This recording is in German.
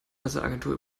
presseagentur